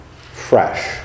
fresh